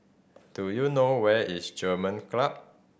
do you know where is German Club